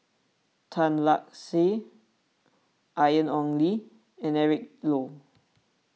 Tan Lark Sye Ian Ong Li and Eric Low